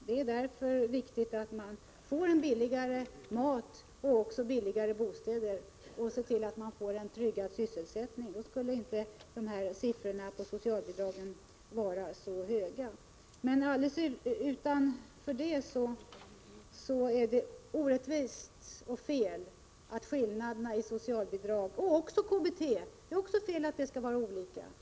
Det är därför viktigt att människor får billigare mat, billigare bostäder och en tryggad sysselsättning — då skulle inte siffrorna för socialbidragen vara så höga. Bortsett från detta är det orättvist och felaktigt att skillnaderna i socialbidrag och KBT skall vara olika.